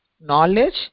knowledge